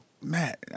Matt